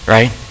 Right